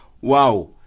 Wow